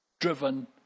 driven